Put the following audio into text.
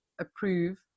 approve